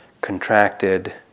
contracted